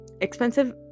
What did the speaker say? expensive